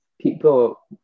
people